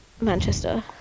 Manchester